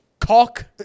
Cock